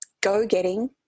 go-getting